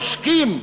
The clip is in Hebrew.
עושקים,